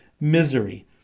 misery